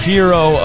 Hero